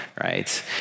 right